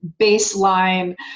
baseline